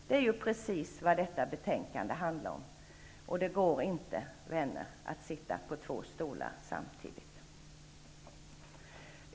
Det är ju precis vad detta betänkande handlar om, och det går inte, vänner, att sitta på två stolar samtidigt.